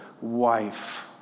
wife